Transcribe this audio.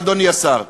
אדוני השר,